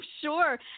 sure